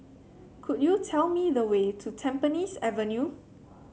could you tell me the way to Tampines Avenue